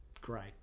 great